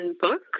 book